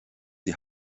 die